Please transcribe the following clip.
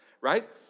right